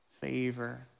favor